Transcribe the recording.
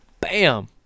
bam